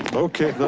okay